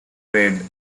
trade